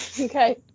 okay